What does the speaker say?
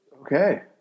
Okay